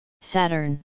Saturn